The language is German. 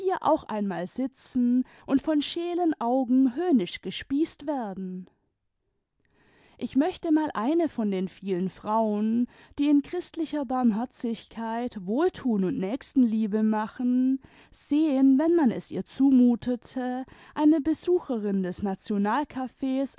auch einmal sitzen und von scheelen augen höhnisch gespießt werden ich möchte mal eine von den vielen frauen die in christlicher barmherzigkeit wohltun und nächstenliebe machen sehen wenn man es ihr zumutete eine besucherin des